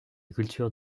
culture